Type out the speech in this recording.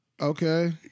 Okay